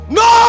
no